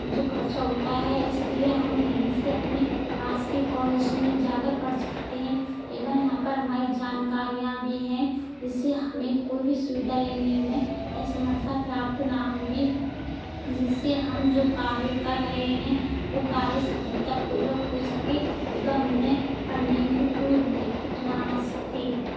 जो खर्चा होता है इसलिए हम यहीं से अपने पास के कॉलेज में जाकर पढ़ सकते हैं एवं यहाँ पर हमारी जानकारियाँ भी हैं जिससे हमें कोई भी सुविधा लेनी में असमर्थता प्राप्त ना होगी जिससे हम जो कार्य कर रहे हैं वो कार्य सफलता पूर्वक हो सके एवं हमें पढ़ने में कोई दिक्कत ना आ सकती